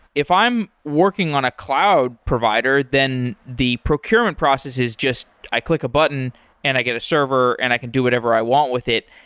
if i'm working on a cloud provider then the procurement process is just i click a button and i get a server and i can do whatever i want with it.